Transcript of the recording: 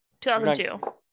2002